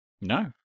No